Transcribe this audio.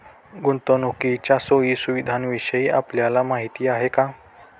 गुंतवणुकीच्या सोयी सुविधांविषयी आपल्याला माहिती आहे का?